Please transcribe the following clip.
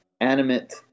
animate